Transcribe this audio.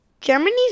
Germany's